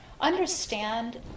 understand